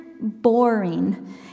boring